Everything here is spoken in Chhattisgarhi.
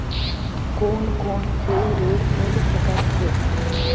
कोन कोन से ऋण मिल सकत हे?